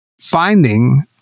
finding